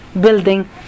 building